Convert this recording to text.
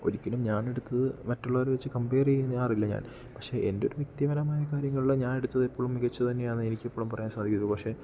ഒരിക്കലും ഞാൻ എടുത്തത് മറ്റുള്ളവരേ വെച്ച് കമ്പെയർ ചെയ്യാറില്ല ഞാൻ പക്ഷേ എൻ്റെ ഒരു വ്യക്തിപരമായ കാര്യങ്ങൾള് ഞാൻ എടുത്തത് എപ്പഴും മികച്ച തന്നെയാന്നെനിക്കെപ്പളും പറയാൻ സാധിക്കത്തൊള്ളു പക്ഷെ